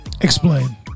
Explain